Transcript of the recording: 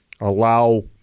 allow